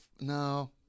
No